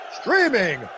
streaming